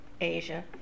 Asia